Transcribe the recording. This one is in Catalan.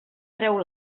treu